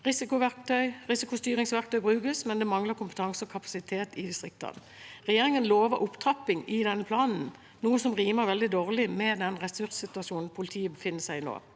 Risikostyringsverktøy brukes, men det mangler kompetanse og kapasitet i distriktene. Regjeringen lover opptrapping i denne planen, noe som rimer veldig dårlig med den ressurssituasjonen politiet befinner seg i nå.